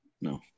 No